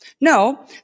No